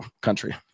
country